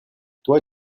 toi